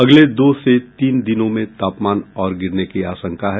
अगले दो से तीन दिनों में तापमान और गिरने की आशंका है